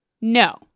No